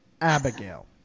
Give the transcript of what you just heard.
Abigail